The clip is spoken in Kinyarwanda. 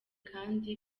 kandi